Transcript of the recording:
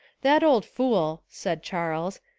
that old fool, said charles,